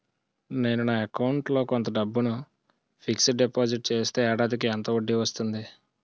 నేను నా అకౌంట్ లో కొంత డబ్బును ఫిక్సడ్ డెపోసిట్ చేస్తే ఏడాదికి ఎంత వడ్డీ వస్తుంది?